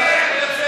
תתנצל.